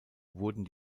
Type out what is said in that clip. wurden